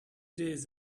days